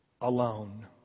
alone